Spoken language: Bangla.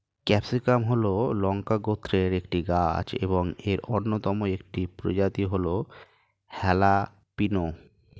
ক্যাপসিকাম হল লঙ্কা গোত্রের একটি গাছ এবং এর অন্যতম একটি প্রজাতি হল হ্যালাপিনো